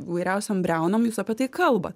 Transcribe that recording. įvairiausiom briaunom jūs apie tai kalbat